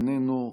איננו,